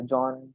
John